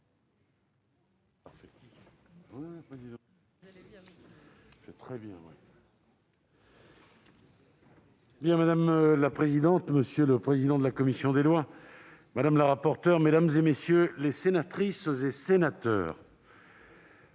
Madame la présidente, monsieur le président de la commission des lois, madame la rapporteure, mesdames les sénatrices, messieurs